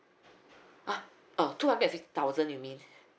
!huh! oh two hundred and fifty thousand you mean